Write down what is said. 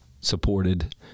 supported